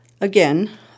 Again